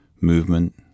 movement